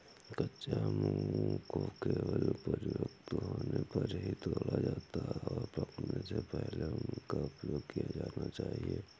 कच्चे आमों को केवल परिपक्व होने पर ही तोड़ा जाता है, और पकने से पहले उनका उपयोग किया जाना चाहिए